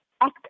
act